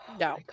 no